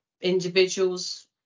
individuals